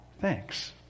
thanks